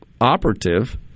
operative